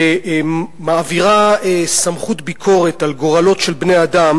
שמעבירה סמכות ביקורת על גורלות של בני-אדם